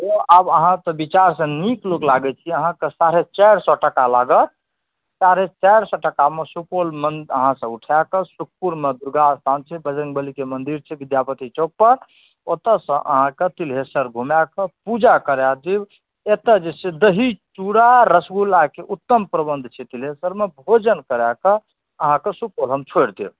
ओ अब अहाँ विचारसँ नीक लोक लागै छी अब अहाँकेॅं साढ़े चारि सए टका लागत साढ़े चारि सए टकामे अहाँ सुपौलमे अहाँकेॅं सुपौलमे दुर्गास्थान छै बजरङ्ग बलीकेँ मन्दिर छै विद्यापति चौक पर ओतऽसँ अहाँकेॅं तिल्हेश्वर घुमाकऽ पूजा कराए देब एतऽ जे छै से दही चुड़ा आ रसगुल्लाके उत्तम प्रबन्ध छै तिल्हेश्वर स्थानमे भोजन करा कऽ अहाँकेॅं सुपौल हम छोड़ि देब